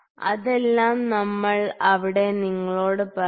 അതെല്ലാം ഞങ്ങൾ അവിടെ നിങ്ങളോട് പറയും